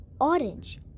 orange